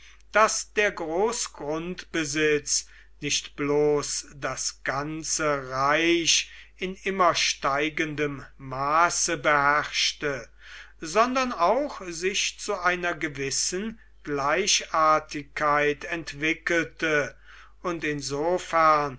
daß der großgrundbesitz nicht bloß das ganze reich in immer steigendem maße beherrschte sondern auch sich zu einer gewissen gleichartigkeit entwickelte und insofern